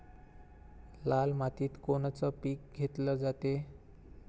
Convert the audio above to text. लाल मातीत कोनचं पीक घेतलं जाते?